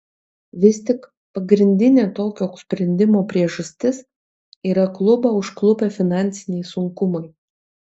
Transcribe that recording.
vis tik pagrindinė tokio sprendimo priežastis yra klubą užklupę finansiniai sunkumai